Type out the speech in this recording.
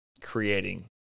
creating